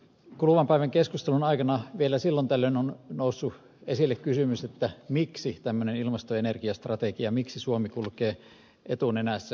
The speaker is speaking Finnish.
kuluvan päivän keskustelun aikana vielä silloin tällöin on noussut esille kysymys miksi valitaan tämmöinen ilmasto ja energiastrategia miksi suomi kulkee etunenässä